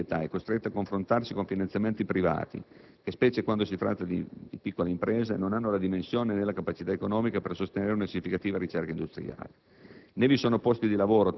Gli scienziati sono di media età e costretti a confrontarsi con finanziatori privati che, specie quando si tratta di piccole imprese, non hanno la dimensione, né la capacità economica per sostenere una significativa ricerca industriale;